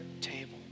table